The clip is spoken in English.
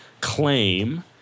claim